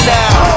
now